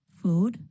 food